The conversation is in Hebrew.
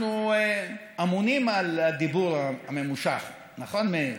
אנחנו אמונים על הדיבור הממושך, נכון, מאיר?